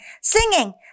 singing